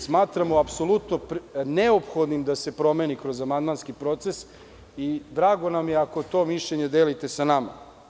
Smatramo apsolutno neophodnim da se promeni kroz amandmanski proces i drago nam je ako to mišljenje delite sa nama.